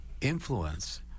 influence